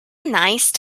nice